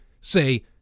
say